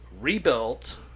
Rebuilt